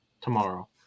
tomorrow